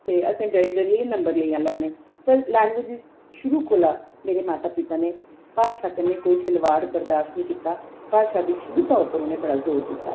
ते असें डरी डरियै गै नम्बर लेई लैने पर लैंग्वेज शुरू कोला मेरे माता पिता नै भाशा कन्नै कोई खिलवाड़ बर्दाशत निं कीता भाशा दी शुद्धता उप्पर उ'नें बड़ा जोर दित्ता